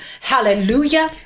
hallelujah